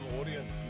audience